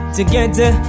Together